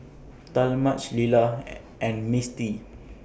Talmadge Lilah and Misti